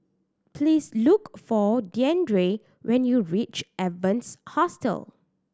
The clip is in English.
please look for Deandre when you reach Evans Hostel